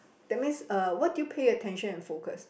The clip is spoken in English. that means uh what do you pay attention and focus